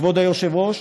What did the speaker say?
כבוד היושב-ראש,